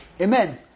Amen